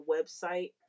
website